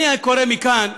אני קורא מכאן,